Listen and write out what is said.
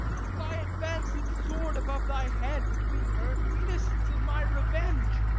with thy advanced sword above thy head, between her innocence and my revenge!